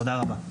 תודה רבה.